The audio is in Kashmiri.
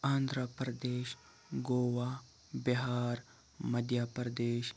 آنٛدرا پرٛدیش گوٛا بِہار مَدیا پردیش